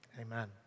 Amen